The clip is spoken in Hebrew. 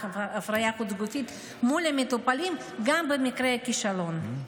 ההפריה החוץ-גופית מול המטופלים גם במקרה כישלון.